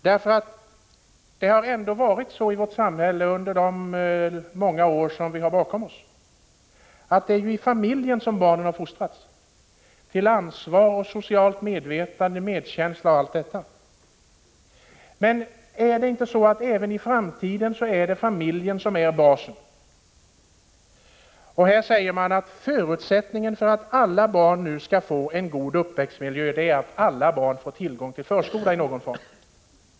Det har ändå i många år varit så i vårt samhälle att det är i familjen som barnen fostras — till ansvar och socialt medvetande, medkänsla och allt detta. Men är det inte så att även i framtiden är det familjen som är basen? Här säger man att förutsättningen för att alla barn nu skall få en god uppväxtmiljö är att alla barn får tillgång till förskola i någon form.